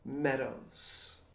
meadows